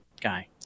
guy